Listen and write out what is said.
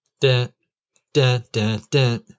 Da-da-da-da